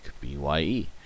B-Y-E